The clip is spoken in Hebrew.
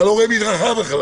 אתה לא רואה מדרכה בכלל.